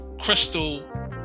crystal